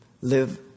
live